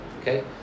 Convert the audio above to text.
Okay